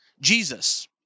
Jesus